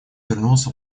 вернулся